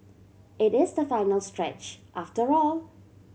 it is the final stretch after all